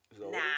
Nah